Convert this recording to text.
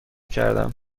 کردم